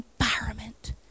environment